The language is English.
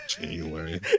January